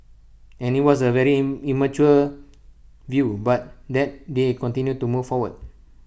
and IT was A very in mature view but that they continue to move forward